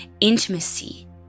intimacy